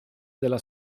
della